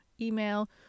email